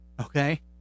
okay